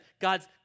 God's